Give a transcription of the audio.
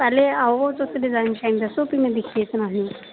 पैहले आओ तुस डिजाइन शिजाइन दस्सो फ्ही में दिक्खियै सनान्नी आं